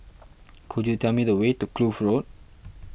could you tell me the way to Kloof Road